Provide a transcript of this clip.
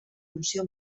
funció